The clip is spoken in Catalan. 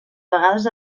vegades